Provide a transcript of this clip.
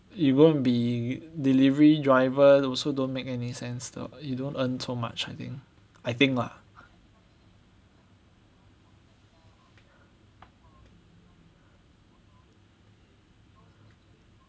you want be delivery driver also don't make any sense lor you don't earn so much I think I think lah